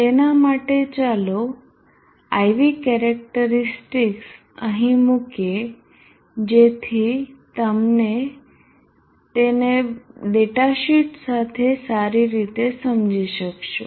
તેના માટે ચાલો I V કેરેક્ટરીસ્ટિકસ અહીં મૂકીએ જેથી તમે તેને ડેટાશીટ સાથે સારી રીતે સમજી શકશો